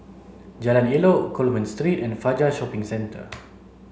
Jalan Elok Coleman Three and Fajar Shopping Centre